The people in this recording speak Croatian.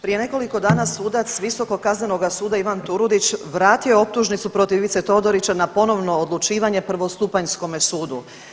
Prije nekoliko dana sudac Visokog kaznenoga suda Ivan Turudić vratio je optužnicu protiv Ivice Todorića na ponovno odlučivanje prvostupanjskom sudu.